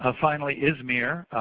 ah finally izmir,